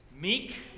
Meek